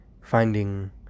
finding